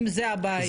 אם זו הבעיה.